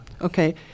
Okay